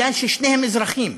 כי שניהם אזרחים,